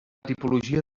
tipologia